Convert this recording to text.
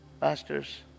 Pastors